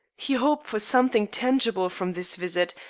he hoped for something tangible from this visit,